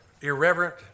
irreverent